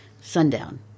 sundown